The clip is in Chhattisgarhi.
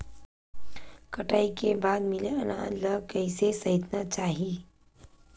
कटाई के बाद मिले अनाज ला कइसे संइतना चाही?